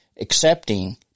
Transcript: accepting